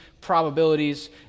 probabilities